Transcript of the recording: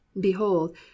behold